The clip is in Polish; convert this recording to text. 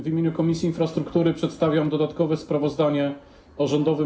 W imieniu Komisji Infrastruktury przedstawiam dodatkowe sprawozdanie o rządowym.